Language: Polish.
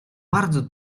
bardzo